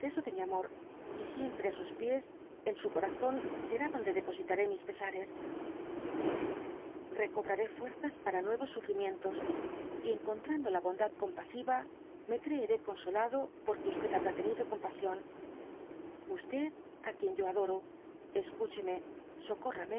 mi amor y siempre á sus pies en su corazón será donde depositaré mis pesares j recobraré fuerzas para nuevos sufrimientos y encontrando la bondad compasiva me creeré consolado por que habrá tenido compasión á quien yo adoro escúcheme